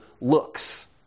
looks